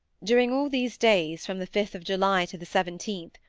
during all these days, from the fifth of july to the seventeenth,